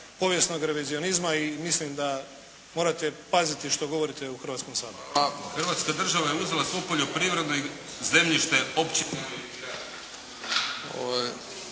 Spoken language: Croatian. povijesnog revizionizma i mislim sa morate paziti što govorite u Hrvatskom saboru. **Kajin, Damir (IDS)** Pa Hrvatska država je uzela svo poljoprivredno zemljište općinama